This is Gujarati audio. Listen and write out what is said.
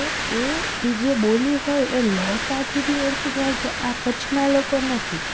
તો એ એ જે બોલી હોય એ લહેકાથી બી ઓળખી જાય કે આ કચ્છનાં લોકો નથી